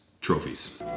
trophies